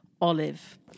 Olive